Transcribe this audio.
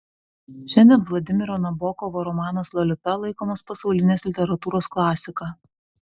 šiandien vladimiro nabokovo romanas lolita laikomas pasaulinės literatūros klasika